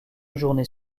journées